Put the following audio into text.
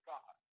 God